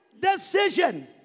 decision